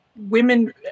women